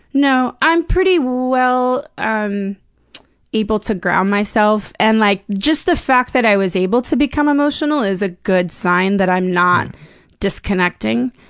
no, i'm pretty well um able to ground myself and like just the fact that i was able to become emotional is a good sign that i'm not disconnecting,